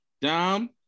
Dom